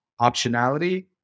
optionality